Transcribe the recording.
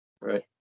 Right